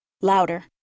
Louder